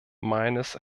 meines